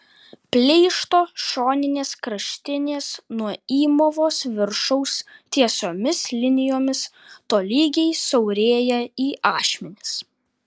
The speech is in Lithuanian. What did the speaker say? pleišto šoninės kraštinės nuo įmovos viršaus tiesiomis linijomis tolygiai siaurėja į ašmenis